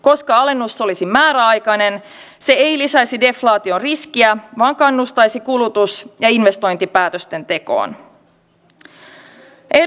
koska alennus olisi määräaikainen se ei lisäisi deflaation riskiä vaan kannustaisi kulutus ja investointipäätösten tekoon